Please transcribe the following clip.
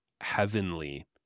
heavenly